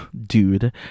dude